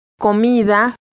Comida